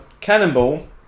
Cannonball